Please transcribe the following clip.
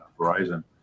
Verizon